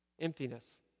emptiness